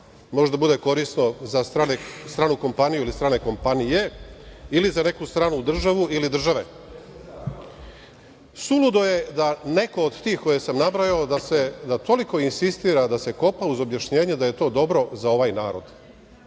da bude korisna za strane kompanije ili za neku stranu državu ili države. Suludo je da neko od tih koje sam nabrojao, da toliko insistira da se kopa uz objašnjenje da je to dobro za ovaj narod.